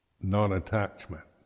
non-attachment